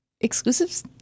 exclusives